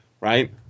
right